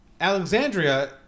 Alexandria